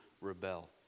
rebel